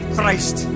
Christ